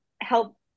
help